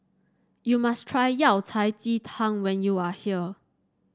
you must try Yao Cai Ji Tang when you are here